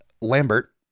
Lambert